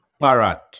Parrot